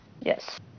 Yes